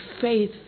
faith